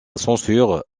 censure